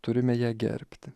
turime ją gerbt